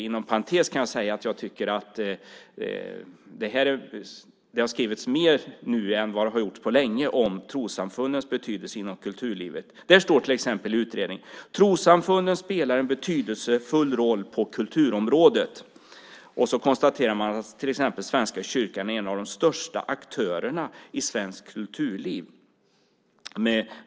Inom parentes kan jag säga att jag tycker att det har skrivits mer nu än på länge om trossamfundens betydelse inom kulturlivet. I utredningen står till exempel följande: "Trossamfunden spelar en betydelsefull roll på kulturområdet. Svenska kyrkan är en av de största aktörerna i svenskt kulturliv."